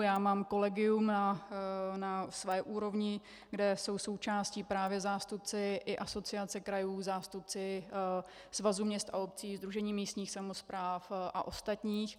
Já mám kolegium na své úrovni, kde jsou součástí právě zástupci i Asociace krajů, zástupci Svazu měst a obcí, Sdružení místních samospráv a ostatních.